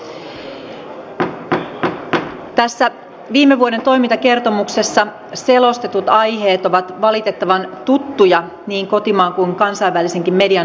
tässä viime vuoden toimintakertomuksessa selostetut aiheet ovat valitettavan tuttuja niin kotimaan kuin kansainvälisenkin median uutisoinneista